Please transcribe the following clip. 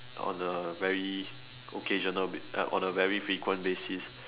on a very occasional ba~ uh on a very frequent basis